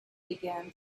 began